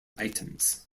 items